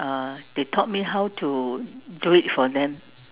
uh they taught me how to do it for them